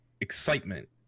excitement